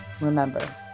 Remember